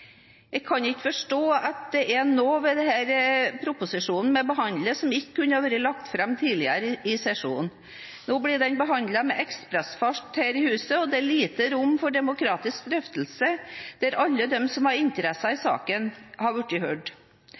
Jeg kan ikke forstå at det er noe ved den proposisjonen vi behandler, som ikke kunne vært lagt fram tidligere i sesjonen. Nå blir den behandlet med ekspressfart her i huset, og det er lite rom for demokratisk drøftelse der alle de som har interesser i saken, blir hørt.